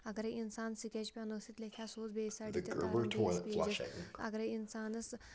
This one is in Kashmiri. اَگرے اِنسان سِکیچ پیٚنو سۭتۍ لیٚکھِ ہا سُہ اوس بیٚیِس سایڈٕ تہِ تران بیٚیِس پیجَس اگرے اِنسانَس